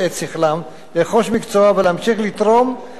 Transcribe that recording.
לרכוש מקצוע ולהמשיך לתרום לחברה הישראלית.